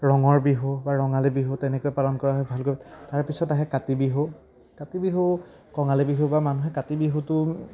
ৰঙৰ বিহু বা ৰঙালী বিহু তেনেকৈ পালন কৰা হয় ভালকৈ তাৰপিছত আহে কাতি বিহু কাতি বিহু কঙালী বিহু বা মানুহে কাতি বিহুটো